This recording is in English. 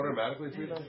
automatically